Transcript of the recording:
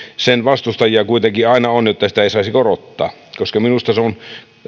sen vastustajia tässäkin talossa kuitenkin aina on että sitä ei saisi korottaa koska minusta se on